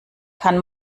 kann